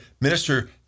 minister